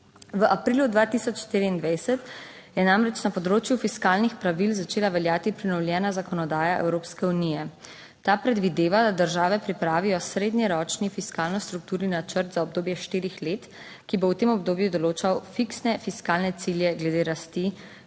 V aprilu 2024 je namreč na področju fiskalnih pravil začela veljati prenovljena zakonodaja Evropske unije. Ta predvideva, da države pripravijo srednjeročni fiskalno strukturni načrt za obdobje štirih let, ki bo v tem obdobju določal fiksne fiskalne cilje glede rasti